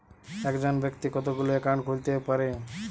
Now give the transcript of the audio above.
একজন ব্যাক্তি কতগুলো অ্যাকাউন্ট খুলতে পারে?